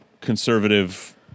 conservative